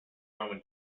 roman